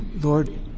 Lord